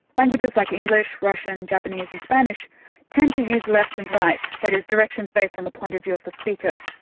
languages like english, russian, japanese and spanish tend to use left and right, that is directions based on the point of view of the speaker.